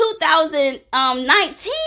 2019